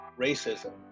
racism